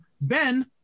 Ben